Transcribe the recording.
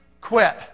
quit